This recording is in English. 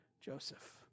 Joseph